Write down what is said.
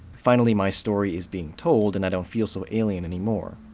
finally, my story is being told, and i don't feel so alien anymore.